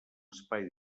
espai